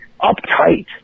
uptight